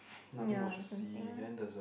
yeah there's nothing